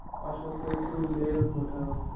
ଅଶୋକକୁ mail ପଠାଅ